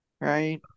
right